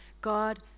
God